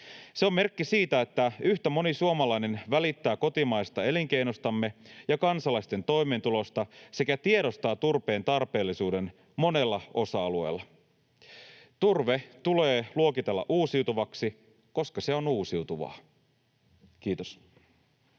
Se on merkki siitä, että yhtä moni suomalainen välittää kotimaisesta elinkeinostamme ja kansalaisten toimeentulosta sekä tiedostaa turpeen tarpeellisuuden monella osa-alueella. Turve tulee luokitella uusiutuvaksi, koska se on uusiutuvaa. — Kiitos.